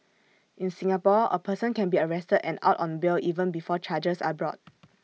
in Singapore A person can be arrested and out on bail even before charges are brought